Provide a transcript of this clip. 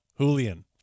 Julian